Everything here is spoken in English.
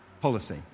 policy